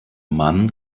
mann